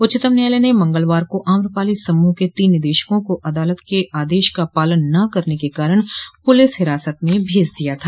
उच्चतम न्यायालय ने मंगलवार को आम्रपाली समूह के तीन निदेशकों को अदालत के आदेश का पालन न करने के कारण पुलिस हिरासत में भेज दिया था